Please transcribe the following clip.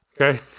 okay